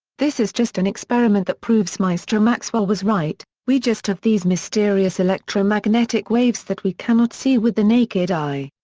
this is just an experiment that proves maestro maxwell was right, we just have these mysterious electromagnetic waves that we cannot see with the naked eye.